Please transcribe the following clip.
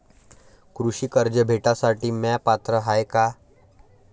कृषी कर्ज भेटासाठी म्या पात्र हाय का?